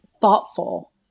thoughtful